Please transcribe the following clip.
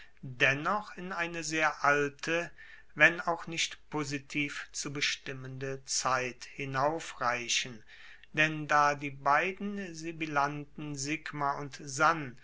dennoch in eine sehr alte wenn auch nicht positiv zu bestimmende zeit hinaufreichen denn da die beiden sibilanten sigma und san